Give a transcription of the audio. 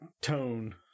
tone